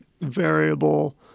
variable